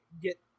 get